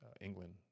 England